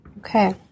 Okay